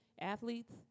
athletes